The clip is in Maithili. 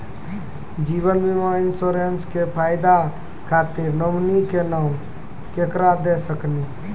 जीवन बीमा इंश्योरेंसबा के फायदा खातिर नोमिनी के नाम केकरा दे सकिनी?